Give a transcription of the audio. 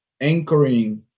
anchoring